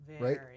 Right